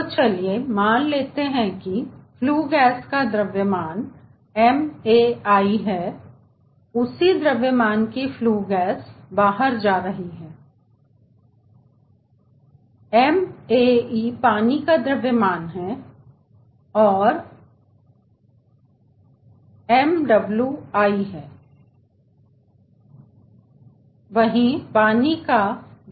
तो चलिए मान लेते हैं कि फ्ल्यू गैस का द्रव्यमान mai है उसी द्रव्यमान की फ्ल्यू गैस बाहर जा रही है का maeपानी का द्रव्यमान है पानी का द्रव्यमान दर mwi है और यह भी mwi है वही पानी का द्रव्यमान बाहर निकल रहा है